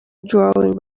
drawing